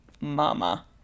mama